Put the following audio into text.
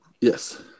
Yes